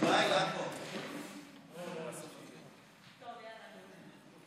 יש לך שלוש דקות.